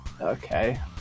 Okay